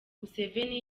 museveni